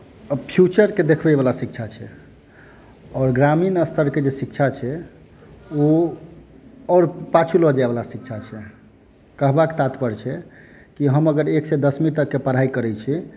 फ्यूचरके देखबयवला शिक्षा छै आओर ग्रामीण स्तरके जे शिक्षा छै ओ आओर पाछू लऽ जायवला शिक्षा छै कहबाक तात्पर्य छै कि हम अगर एकसँ दशमी तकके पढ़ाइ करैत छी